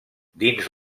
dins